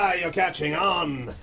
ah you're catching on!